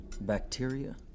Bacteria